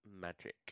magic